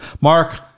Mark